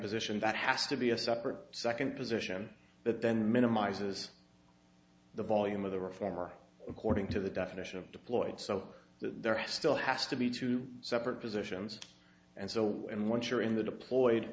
position that has to be a separate second position but then minimizes the volume of the reform are according to the definition of deployed so that there are still has to be two separate positions and so when once you're in the deployed